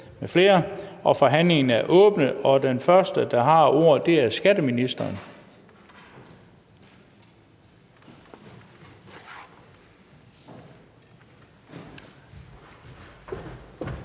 Bøgsted): Forhandlingen er åbnet. Den første, der har ordet, er skatteministeren.